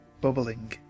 bubbling